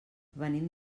venim